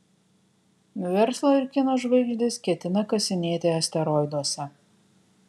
verslo ir kino žvaigždės ketina kasinėti asteroiduose